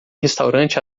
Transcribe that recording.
restaurante